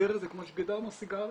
לגדר כמו שגידרנו סיגריות.